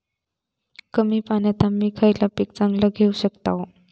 कमी पाण्यात आम्ही खयला पीक चांगला घेव शकताव?